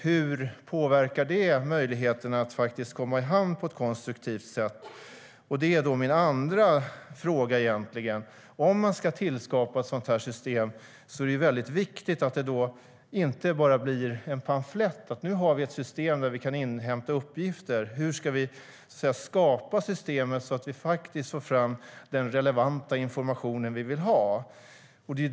Hur påverkar detta möjligheterna att komma i hamn på ett konstruktivt sätt? Om man ska skapa ett sådant här system är det viktigt att det inte bara blir en pamflett. Om vi ska ha ett system för att inhämta uppgifter, hur ska vi skapa systemet så att vi får fram den relevanta informationen vi vill ha?